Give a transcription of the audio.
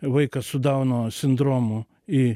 vaiką su dauno sindromu į